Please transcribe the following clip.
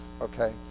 okay